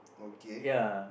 okay